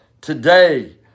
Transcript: today